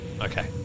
Okay